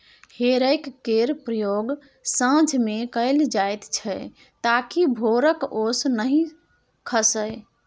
हे रैक केर प्रयोग साँझ मे कएल जाइत छै ताकि भोरक ओस नहि खसय